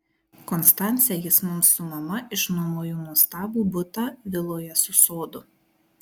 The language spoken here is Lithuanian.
konstance jis mums su mama išnuomojo nuostabų butą viloje su sodu